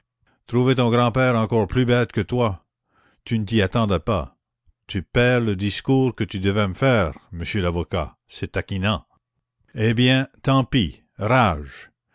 trouver ton grand-père encore plus bête que toi tu ne t'y attendais pas tu perds le discours que tu devais me faire monsieur l'avocat c'est taquinant eh bien tant pis rage